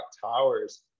towers